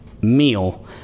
meal